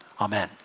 Amen